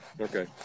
Okay